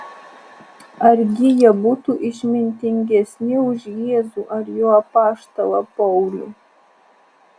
argi jie būtų išmintingesni už jėzų ar jo apaštalą paulių